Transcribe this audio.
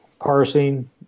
parsing